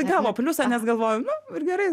gavo pliusą nes galvoju nu ir gerai